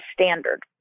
standard